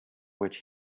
which